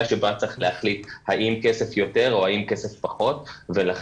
שבה צריך להחליט האם כסף יותר או האם כסף פחות ולכן